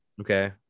okay